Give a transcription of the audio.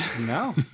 No